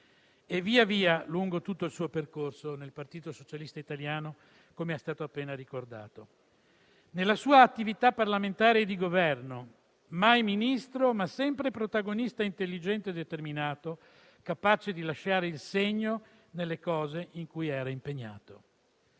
e, via via, lungo tutto il suo percorso nel Partito Socialista Italiano, come è appena stato ricordato. Nella sua attività parlamentare e di Governo non è stato mai Ministro, ma sempre protagonista intelligente e determinato, capace di lasciare il segno nelle cose in cui era impegnato.